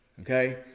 Okay